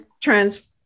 trans